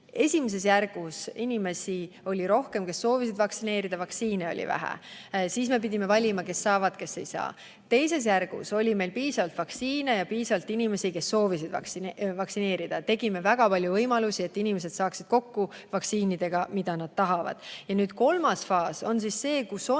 Esimeses järgus oli rohkem inimesi, kes soovisid vaktsineerida, vaktsiine oli vähe. Siis me pidime valima, kes saavad, kes ei saa. Teises etapis oli meil piisavalt vaktsiine ja piisavalt inimesi, kes soovisid vaktsineerida. Lõime väga palju võimalusi, et inimesed saaksid vaktsiini, mida nad tahavad. Ja nüüd kolmas faas on see, kus on